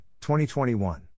2021